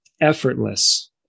effortless